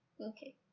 Okay